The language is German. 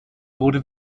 wurde